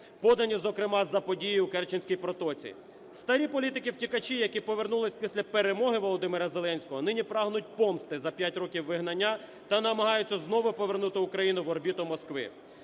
подані зокрема за подією у Керченській протоці. Старі політики-втікачі, які повернулись після перемоги Володимира Зеленського, нині прагнуть помсти за п'ять років вигнання та намагаються знову повернути Україну в орбіту Москви.